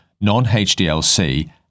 non-HDLC